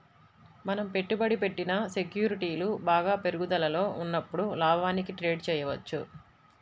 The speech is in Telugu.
మనం పెట్టుబడి పెట్టిన సెక్యూరిటీలు బాగా పెరుగుదలలో ఉన్నప్పుడు లాభానికి ట్రేడ్ చేయవచ్చు